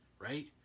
right